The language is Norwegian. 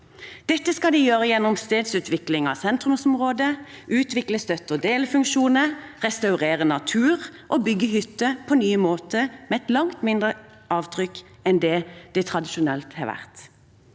Dette skal de gjøre gjennom stedsutvikling av sentrumsområdet, utvikle støtteog delefunksjoner, restaurere natur og bygge hytter på nye måter, med et langt mindre avtrykk enn det det tradisjonelt har vært.